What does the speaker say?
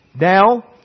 Now